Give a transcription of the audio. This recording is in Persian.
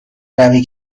روی